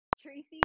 Tracy